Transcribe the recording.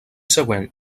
següent